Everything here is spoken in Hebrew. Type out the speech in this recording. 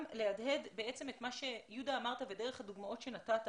להדהד את מה שיהודה אמר ודרך הדוגמאות שהוא נתן.